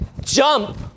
jump